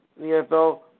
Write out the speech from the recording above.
NFL